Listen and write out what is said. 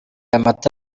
amata